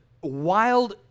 wild